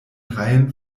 reihen